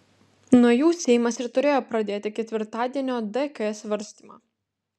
nuo jų seimas ir turėjo pradėti ketvirtadienio dk svarstymą